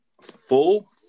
Full